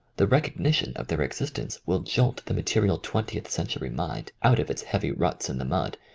the recognition of their existence will jolt the material twen tieth-century mind out of its heavy ruts in the mud,